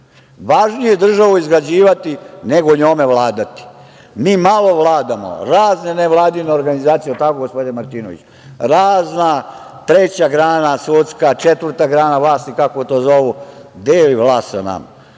Važnije je državu izgrađivati, nego njome vladati. Mi malo vladamo. Razne nevladine organizacije, razna treća grana sudska, četvrta grana vlasti, kako to zovu, deli vlast sa